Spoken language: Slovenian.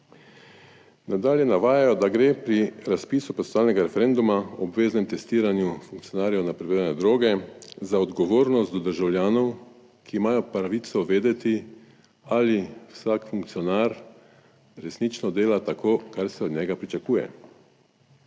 Nadalje navajajo, da gre pri razpisu potovalnega referenduma o obveznem testiranju funkcionarjev na prebivanje droge za odgovornost do državljanov, ki imajo pravico vedeti, ali vsak funkcionar resnično dela tako, kar se od njega pričakuje.